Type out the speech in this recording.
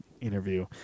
interview